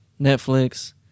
Netflix